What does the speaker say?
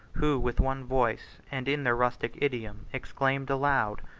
who with one voice, and in their rustic idiom, exclaimed aloud,